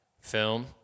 film